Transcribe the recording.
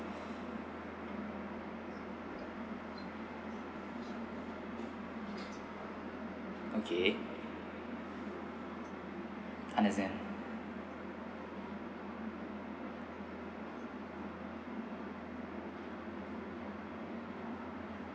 okay understand